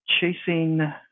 chasing